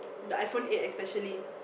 the iPhone eight especially